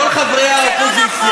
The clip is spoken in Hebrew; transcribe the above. לכל חברי האופוזיציה,